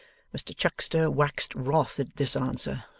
mr chuckster waxed wroth at this answer,